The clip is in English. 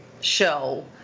show